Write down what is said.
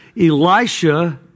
Elisha